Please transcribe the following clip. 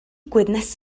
ddigwydd